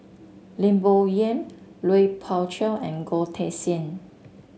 Lim Bo Yam Lui Pao Chuen and Goh Teck Sian